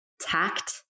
tact